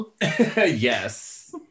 yes